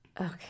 Okay